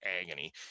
agony